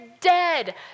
dead